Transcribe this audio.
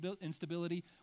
instability